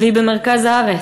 והיא במרכז הארץ,